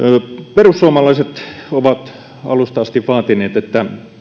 perussuomalaiset ovat alusta asti vaatineet että